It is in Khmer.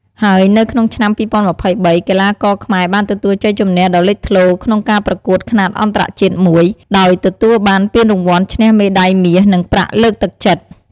ហើយនៅក្នុងឆ្នាំ ២០២៣ កីឡាករខ្មែរបានទទួលជ័យជំនះដ៏លេចធ្លោក្នុងការប្រកួតខ្នាតអន្តរជាតិមួយ ដោយទទួលបានពានរង្វាន់ឈ្នះមេដាយមាសនិងប្រាក់លើកទឹកចិត្ត។